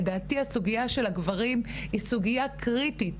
לדעתי הסוגיה של הגברים היא סוגיה קריטית